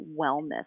wellness